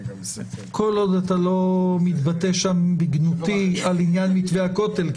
כל עוד אתה לא מתבטא שם בגנותי על עניין מתווה הכותל,